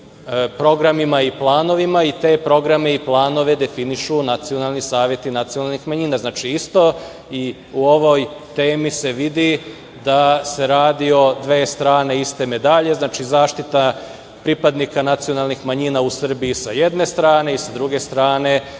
programima i planovima i te programe i planove definišu nacionalni saveti nacionalnih manjina. Znači, u ovoj temi se vidi da se radi o dve strane iste medalje. Znači, zaštita pripadnika nacionalnih manjina u Srbiji sa jedne strane i sa druge strane